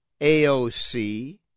AOC